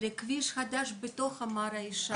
לכביש חדש בתוך ה ---.